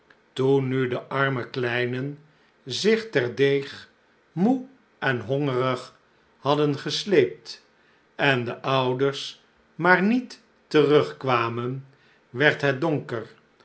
toen nu de arme kleinen zich ter deeg moê en hongerig hadden gesleept en de ouders maar niet terugkwamen werd het donker